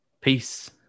Peace